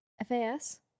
F-A-S